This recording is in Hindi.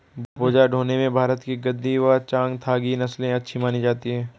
बोझा ढोने में भारत की गद्दी व चांगथागी नस्ले अच्छी मानी जाती हैं